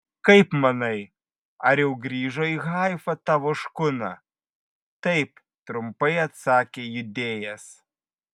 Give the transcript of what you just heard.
kaip manai ar jau grįžo į haifą tavo škuna taip trumpai atsakė judėjas